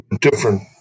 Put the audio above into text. different